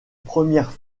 premières